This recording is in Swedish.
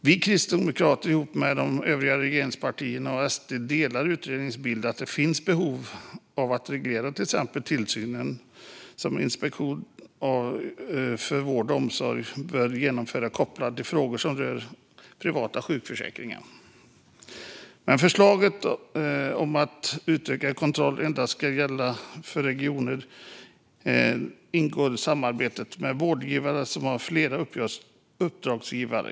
Vi kristdemokrater ihop med övriga regeringspartier och SD delar utredningens bild av att det finns ett behov av att reglera till exempel den tillsyn som Inspektionen för vård och omsorg bör genomföra kopplad till frågor som rör privata sjukvårdsförsäkringar. Men förslaget om utökad kontroll ska gälla endast när regioner ingår samarbete med vårdgivare som har fler uppdragsgivare.